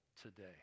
today